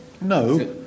No